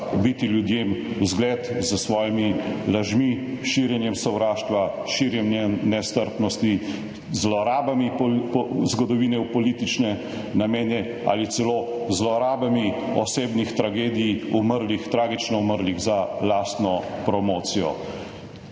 biti ljudem za zgled s svojimi lažmi, širjenjem sovraštva, širjenjem nestrpnosti, zlorabami zgodovine v politične namene ali celo zlorabami osebnih tragedij umrlih, tragično umrlih za lastno promocijo.